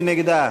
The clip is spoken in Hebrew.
מי נגדה?